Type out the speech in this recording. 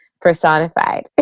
personified